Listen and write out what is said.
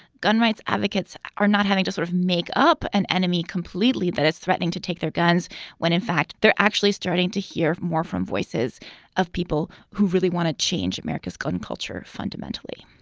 gun rights advocates are not having to sort of make up an enemy completely, that it's threatening to take their guns when, in fact, they're actually starting to hear more from voices of people who really want to change america's gun culture fundamentally